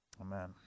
Amen